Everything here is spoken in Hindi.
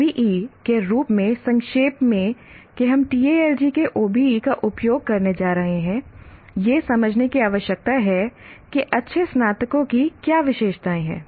OBE के रूप में संक्षेप में कि हम TALG के OBE का उपयोग करने जा रहे हैं यह समझने की आवश्यकता है कि अच्छे स्नातकों की क्या विशेषताएं हैं